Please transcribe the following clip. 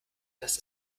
das